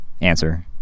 answer